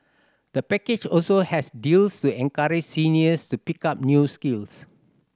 the package also has deals to encourage seniors to pick up new skills